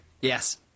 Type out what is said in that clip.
yes